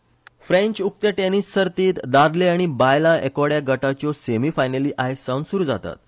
French Open French उक्ते tennis सर्तींत दादले आनी बायलां एकोड्या गटाच्यो सेमी फायनली आयजसावन सुरु जातात